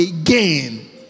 again